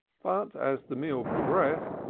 but as the meal progressed,